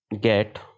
get